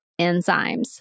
enzymes